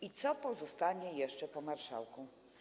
I co pozostanie jeszcze po marszałku?